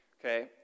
Okay